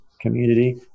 community